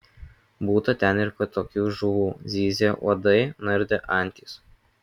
būta ten ir kitokių žuvų zyzė uodai nardė antys